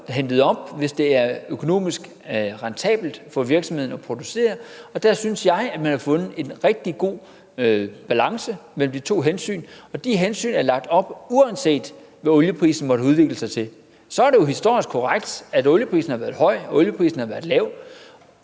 hentet op, hvis produktionen er økonomisk rentabelt for virksomheden. Der synes jeg man har fundet en rigtig god balance mellem de to hensyn, og de hensyn har været der, uanset hvad olieprisen måtte have udviklet sig til. Så er det jo historisk korrekt, at olieprisen har været høj, og at olieprisen har været lav.